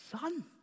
son